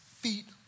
feet